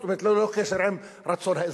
זאת אומרת, ללא קשר עם רצון האזרחים.